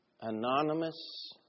anonymous